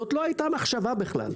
זאת לא הייתה המחשבה בכלל.